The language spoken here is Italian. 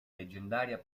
leggendaria